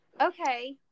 okay